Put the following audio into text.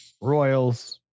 Royals